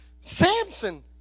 Samson